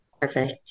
Perfect